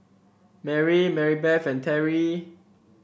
Mary Maribeth and Terrie